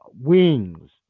wings